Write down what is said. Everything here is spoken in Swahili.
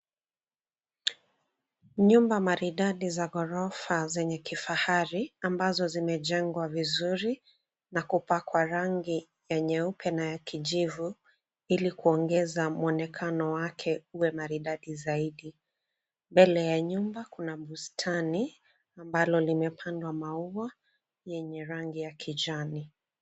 Nyumba maridadi za ghorofa zenye kifahari ambazo zimejengwa vizuri na kupakwa rangi ya nyeupe na ya kijivu ili kuongeza mwonekano wake iwe maridadi zaidi. Mbele ya nyumba kuna bustani ambalo limepandwa maua lenye rangi ya kijani.